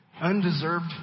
Undeserved